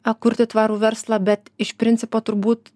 a kurti tvarų verslą bet iš principo turbūt